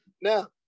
Now